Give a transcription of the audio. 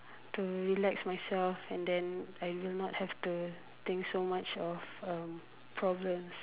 to relax myself and then I will not have to think so much of um problems